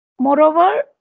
Moreover